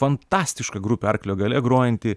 fantastiška grupė arklio galia grojanti